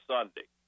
Sunday